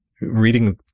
reading